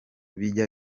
bijya